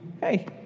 hey